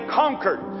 conquered